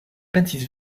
pensis